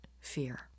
fear